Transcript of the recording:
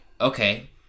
okay